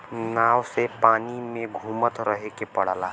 नाव से पानी में घुमत रहे के पड़ला